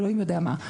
או אלוהים יודע מה,